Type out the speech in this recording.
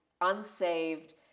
unsaved